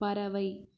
பறவை